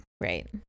Right